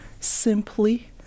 simply